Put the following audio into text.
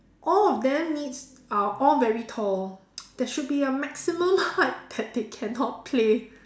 all of them needs are all very tall there should be a maximum height that they cannot play